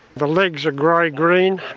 the legs are grey-green,